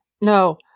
No